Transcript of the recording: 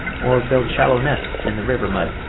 or build shallow nests in the river mud,